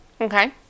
Okay